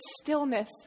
stillness